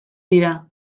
dira